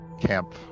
camp